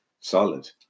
solid